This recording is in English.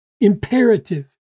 Imperative